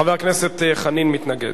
חבר הכנסת חנין מתנגד.